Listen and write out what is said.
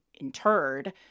interred